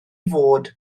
fod